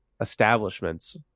establishments